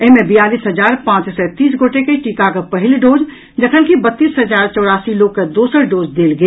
एहि मे बियालीस हजार पांच सय तीस गोटे के टीकाक पहिल डोज जखनकि बत्तीस हजार चौरासी लोक कॅ दोसर डोज देल गेल